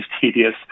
tedious